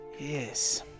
Yes